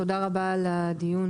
תודה רבה על הדיון.